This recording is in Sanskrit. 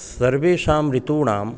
सर्वेषां ऋतूनाम्